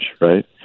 right